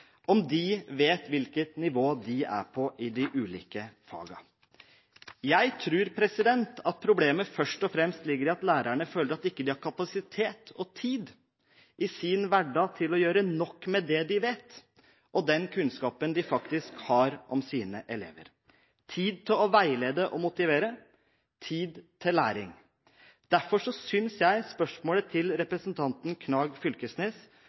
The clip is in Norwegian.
om de vet hvilket nivå de er på i de ulike fagene. Jeg tror at problemet først og fremst ligger i at lærerne føler at de ikke har kapasitet og tid i sin hverdag – tid til å veilede og motivere, tid til læring – til å gjøre nok med det de vet, med den kunnskapen de faktisk har om sine elever. Derfor synes jeg spørsmålet til representanten Knag Fylkesnes